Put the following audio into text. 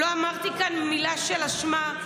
לא אמרתי כאן מילה של אשמה.